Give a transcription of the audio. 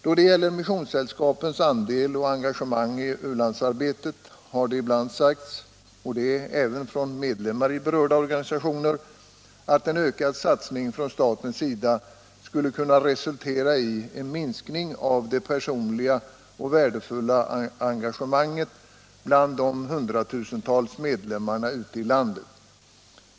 Då det gäller missionssällskapens andel och engagemang i u-landsarbetet har det ibland sagts —- även av medlemmar i berörda organisationer — att en ökad satsning från statens sida skulle kunna resultera i en minskning av det värdefulla personliga engagemanget bland de hundratusentals medlemmarna ute i landet.